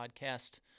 Podcast